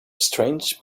strange